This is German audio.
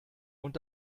und